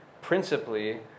principally